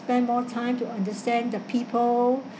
spend more time to understand the people